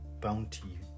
bounty